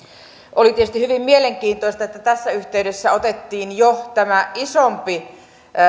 oli tietysti hyvin mielenkiintoista että tässä yhteydessä otettiin jo tämä isompi